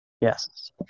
yes